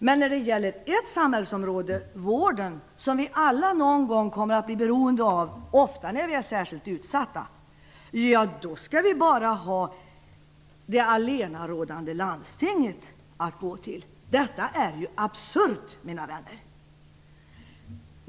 Men när det gäller ett samhällsområde, vården, som vi alla någon gång i livet är beroende av - ofta när vi är särskilt utsatta - ja, då skall vi bara ha det allenarådande landstinget att gå till. Detta är absurt, mina vänner!